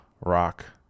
rock